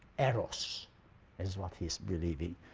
eros is what he's believing.